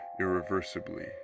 irreversibly